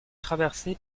traversée